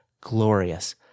glorious